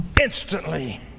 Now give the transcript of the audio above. instantly